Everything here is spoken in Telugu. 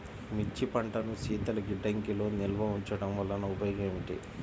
మిర్చి పంటను శీతల గిడ్డంగిలో నిల్వ ఉంచటం వలన ఉపయోగం ఏమిటి?